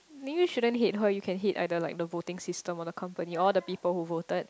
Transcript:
um maybe you shouldn't hate her you can hate either like the voting system or the company or the people who voted